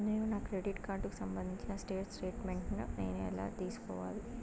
నేను నా క్రెడిట్ కార్డుకు సంబంధించిన స్టేట్ స్టేట్మెంట్ నేను ఎలా తీసుకోవాలి?